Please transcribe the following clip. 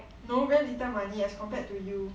no very little money as compared to you